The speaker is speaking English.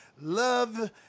love